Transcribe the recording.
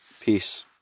Peace